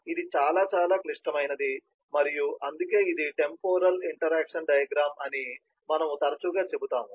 ఇది చాలా చాలా క్లిష్టమైనది మరియు అందుకే ఇది టెంపోరల్ ఇంటరాక్షన్ డయాగ్రమ్ అని మనము తరచుగా చెబుతాము